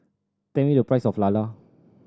tell me the price of lala